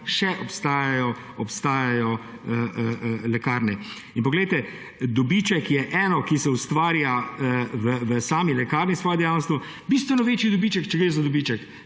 še obstajajo lekarne. In poglejte, dobiček je eno, ki se ustvarja v sami lekarni s svojo dejavnostjo, bistveno večji dobiček, če gre za dobiček,